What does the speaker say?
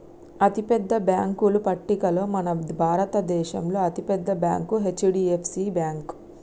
అతిపెద్ద బ్యేంకుల పట్టికలో మన భారతదేశంలో అతి పెద్ద బ్యాంక్ హెచ్.డి.ఎఫ్.సి బ్యేంకు